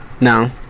no